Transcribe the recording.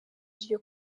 iryo